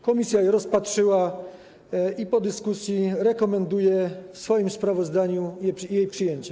Komisja je rozpatrzyła i po dyskusji rekomenduje w swoim sprawozdaniu ich przyjęcie.